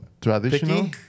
traditional